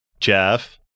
Jeff